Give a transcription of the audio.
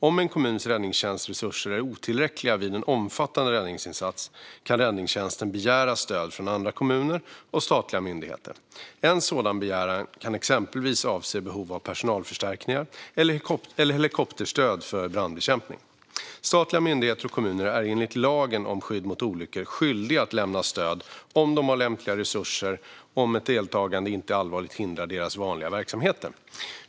Om en kommuns räddningstjänstresurser är otillräckliga vid en omfattande räddningsinsats kan räddningstjänsten begära stöd från andra kommuner och statliga myndigheter. En sådan begäran kan exempelvis avse behov av personalförstärkningar eller helikopterstöd för brandbekämpning. Statliga myndigheter och kommuner är enligt lagen om skydd mot olyckor skyldiga att lämna stöd om de har lämpliga resurser och om ett deltagande inte allvarligt hindrar deras vanliga verksamheter.